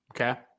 Okay